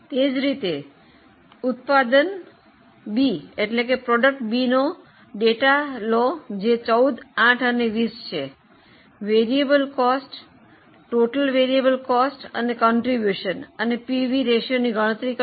તે જ રીતે ઉત્પાદન બીનો આંકડાકીય માહિતી લો જે 14 8 અને 20 છે ચલિત ખર્ચ કુલ ચલિત ખર્ચ ફાળો અને પીવી રેશિયોની ગણતરી કરો